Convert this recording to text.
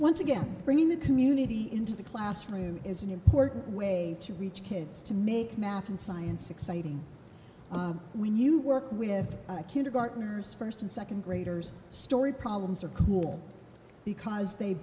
once again bringing the community into the classroom is an important way to reach kids to make math and science exciting when you work with kindergartners first and second graders story problems are cool because they